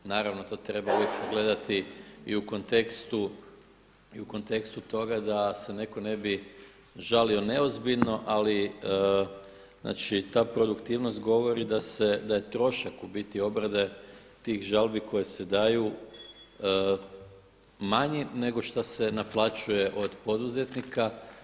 Naravno to treba uvijek sagledati i u kontekstu toga da se netko ne bi žalio neozbiljno, ali znači ta produktivnost govori da se, da je trošak u biti obrade tih žalbi koje se daju manji nego šta se naplaćuje od poduzetnika.